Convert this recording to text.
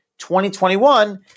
2021